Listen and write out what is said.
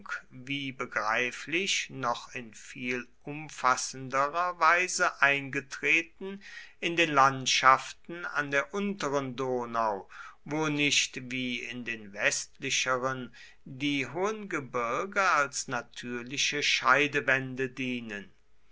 wie begreiflich noch in viel umfassenderer weise eingetreten in den landschaften an der unteren donau wo nicht wie in den westlicheren die hohen gebirge als natürliche scheidewände dienen